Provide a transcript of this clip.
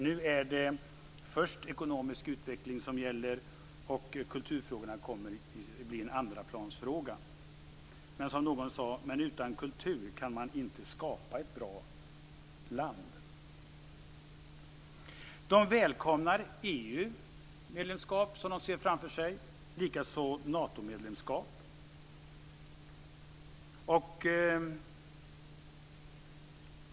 Nu är det först ekonomisk utveckling som gäller, och kulturfrågorna blir en andraplansfråga. Men som någon sade: Utan kultur kan man inte skapa ett bra land. De välkomnar det EU-medlemskap som de ser framför sig, likaså Natomedlemskap.